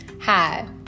Hi